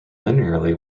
linearly